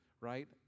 right